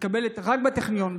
מתקבלת רק בטכניון.